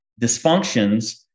dysfunctions